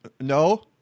No